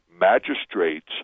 magistrates